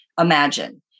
imagine